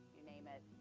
you name it,